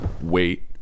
wait